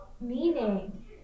Meaning